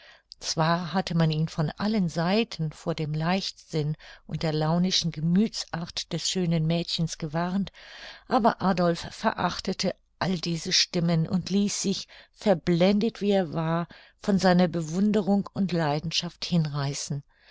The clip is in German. zwar hatte man ihn von allen seiten vor dem leichtsinn und der launischen gemüthsart des schönen mädchens gewarnt aber adolph verachtete all diese stimmen und ließ sich verblendet wie er war von seiner bewunderung und leidenschaft hinreißen